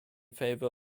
favor